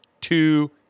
two